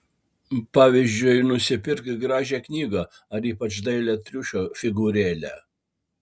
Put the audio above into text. pavyzdžiui gražią knygą ar ypač dailią triušio figūrėlę